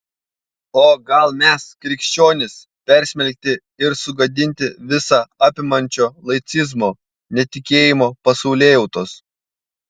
o gal mes krikščionys persmelkti ir sugadinti visa apimančio laicizmo netikėjimo pasaulėjautos